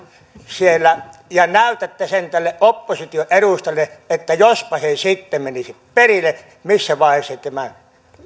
siellä ja näytätte sen näille opposition edustajille että jospa sitten menisi perille missä vaiheessa tämän